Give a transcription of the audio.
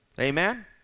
Amen